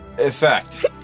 effect